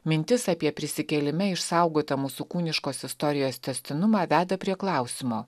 mintis apie prisikėlime išsaugotą mūsų kūniškos istorijos tęstinumą veda prie klausimo